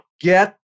get